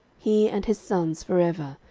he and his sons for ever,